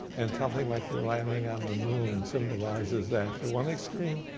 and something like the landing on the moon symbolizes that to one extreme,